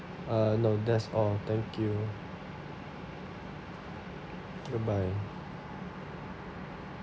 uh no that's all thank you goodbye